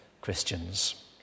Christians